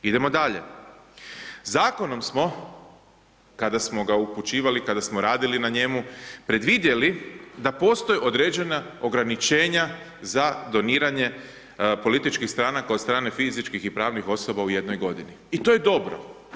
Idemo dalje, zakonom smo, kada smo ga upućivali, kada smo radili na njemu, predvidjeli, da postoji određena ograničenja, za doniranje političkih stranaka, od strane fizičkih i pranih osoba u jednoj godini i to je dobro.